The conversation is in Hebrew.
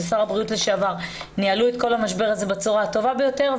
ושר הבריאות לשעבר ניהלו את כל המשבר הזה בצורה הטובה ביותר.